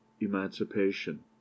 emancipation